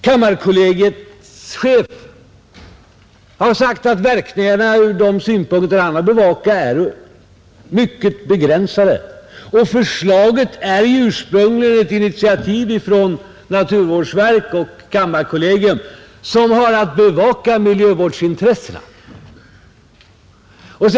Kammarkollegiets chef har sagt att verkningarna från de synpunkter han har att bevaka är mycket begränsade, Förslaget är ju ursprungligen ett initiativ från naturvårdsverket och kammarkollegiet som har att bevaka naturvårdsintressena.